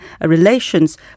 relations